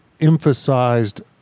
emphasized